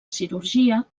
cirurgia